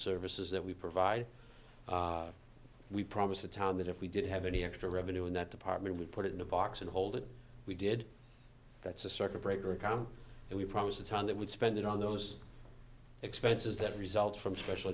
services that we provide we promised the town that if we did have any extra revenue in that department we put it in a box and hold it we did that's a circuit breaker income and we promise the time they would spend it on those expenses that result from special